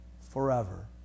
forever